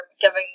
giving